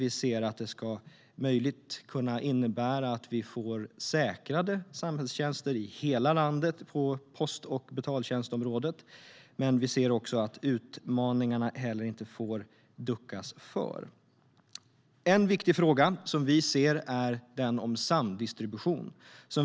Vi anser att det ska kunna innebära att vi får säkrade samhällstjänster i hela landet på post och betaltjänstområdet. Men vi får inte heller ducka för utmaningarna. En viktig fråga som vi ser är frågan om samdistribution.